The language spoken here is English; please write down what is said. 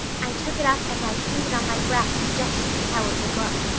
i took it up and i pinned it on my breast just to see how it would look.